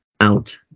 out